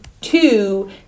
two